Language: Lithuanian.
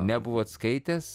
nebuvot atskaitęs